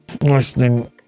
Listening